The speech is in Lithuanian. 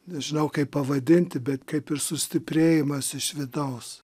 nežinau kaip pavadinti bet kaip ir sustiprėjimas iš vidaus